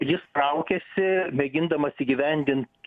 jis traukėsi mėgindamas įgyvendint